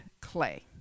clay